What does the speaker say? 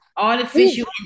artificial